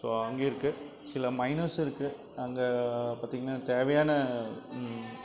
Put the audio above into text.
so அங்கே இருக்கு சில மைனஸு இருக்கு அங்கே பார்த்திங்கன்னா தேவையான